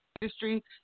industry